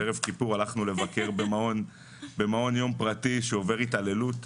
בערב כיפור הלכנו לבקר במעון יום פרטי בחולון